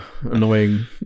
annoying